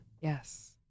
Yes